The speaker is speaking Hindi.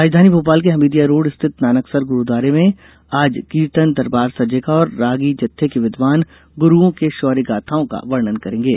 राजघानी भोपाल के हमीदिया रोड स्थित नानकसर गुरुद्वारा में आज कीर्तन दरबार सजेगा और रागी जत्थे के विद्वान गुरुओं के शौर्यगाथाओं का वर्णन करेंगे